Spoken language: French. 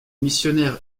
missionnaires